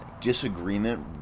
Disagreement